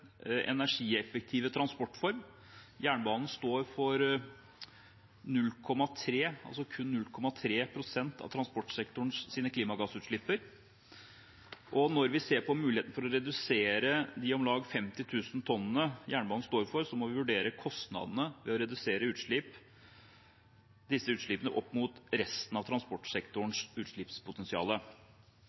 energieffektive transportform. Jernbanen står for kun 0,3 pst. av transportsektorens klimagassutslipp. Når vi ser på muligheten for å redusere de om lag 50 000 tonnene jernbanen står for, må vi vurdere kostnadene ved å redusere disse utslippene opp mot resten av transportsektorens